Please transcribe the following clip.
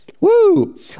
Woo